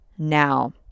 now